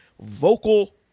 vocal